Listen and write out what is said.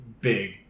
big